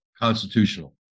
constitutional